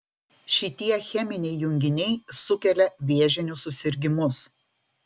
šitie cheminiai junginiai sukelia vėžinius susirgimus